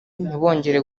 ntibongere